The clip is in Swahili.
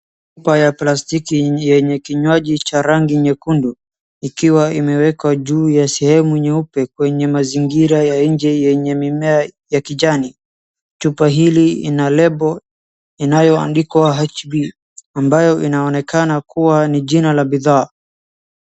Chupa ya plastiki yenye kinywaji cha rangi nyekundu ikiwa imewekwa juu ya sehemu nyeupe kwenye mazingira ya nje yenye mimea ya kijani. Chupa hili lina lebo inayoandikwa HB ambayo inaonekana kuwa ni jina la bidhaa,